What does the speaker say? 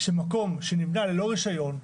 שמקום שנבנה ללא רישיון,